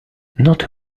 not